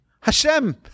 Hashem